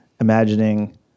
imagining